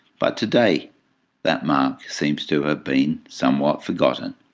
but today that mark seems to have been somewhat forgotten.